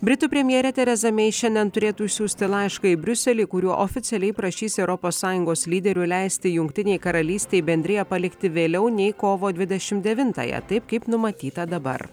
britų premjerė tereza mei šiandien turėtų išsiųsti laišką į briuselį kuriuo oficialiai prašys europos sąjungos lyderių leisti jungtinei karalystei bendriją palikti vėliau nei kovo dvidešim devintąją taip kaip numatyta dabar